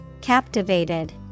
Captivated